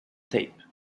tape